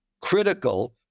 critical